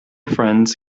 friends